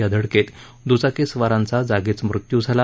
या धडकेत द्चाकीस्वारांचा जागीच मृत्यू झाला